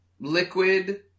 liquid